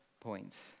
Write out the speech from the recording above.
point